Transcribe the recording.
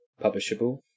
publishable